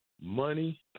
money